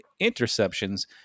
interceptions